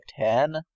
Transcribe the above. ten